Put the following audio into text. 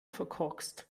verkorkst